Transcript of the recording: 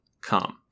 come